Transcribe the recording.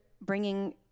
bringing